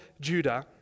Judah